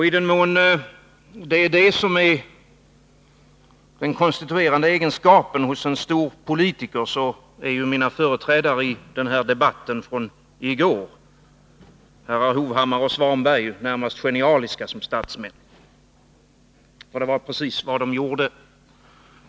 I den mån det är detta som är den konstituerande egenskapen hos en stor politiker, är mina företrädare i går i den här debatten, herrar Hovhammar och Svanberg, närmast genialiska som statsmän. Det var nämligen precis vad de gjorde.